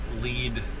lead